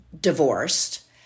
divorced